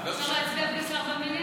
אפשר להצביע בלי שר במליאה?